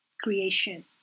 creation